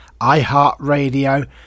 iHeartRadio